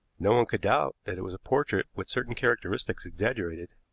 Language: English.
no one could doubt that it was a portrait with certain characteristics exaggerated,